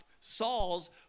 Saul's